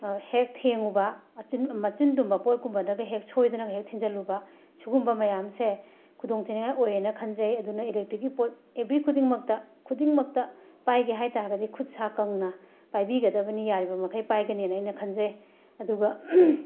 ꯍꯦꯛ ꯊꯦꯡꯉꯨꯕꯥ ꯑꯆꯤꯟ ꯃꯆꯤꯟ ꯇꯨꯝꯕ ꯄꯣꯠꯀꯨꯝꯕꯗꯒ ꯍꯦꯛ ꯁꯣꯏꯗꯅ ꯍꯦꯛ ꯊꯤꯟꯖꯜꯂꯨꯕꯥ ꯁꯨꯒꯨꯝꯕ ꯃꯌꯥꯝꯁꯦ ꯈꯨꯗꯣꯡꯊꯤꯅꯤꯡꯉꯥꯏ ꯑꯣꯏꯌꯦꯅ ꯈꯟꯖꯩ ꯑꯗꯨꯅ ꯏꯂꯦꯛꯇꯤꯛꯀꯤ ꯄꯣꯠ ꯑꯦꯚ꯭ꯔꯤ ꯈꯨꯗꯤꯡꯃꯛꯇꯥ ꯈꯨꯗꯤꯡꯃꯛꯇ ꯄꯥꯏꯒꯦ ꯍꯥꯏ ꯇꯥꯔꯒꯗꯤ ꯈꯨꯠ ꯁꯥ ꯀꯪꯅ ꯄꯥꯏꯕꯤꯗꯒꯕꯅꯤ ꯌꯥꯔꯤꯕ ꯃꯈꯩ ꯄꯥꯏꯒꯅꯤꯅ ꯈꯟꯖꯩ ꯑꯗꯨꯒꯥ